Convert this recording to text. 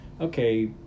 Okay